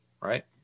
right